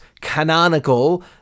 canonical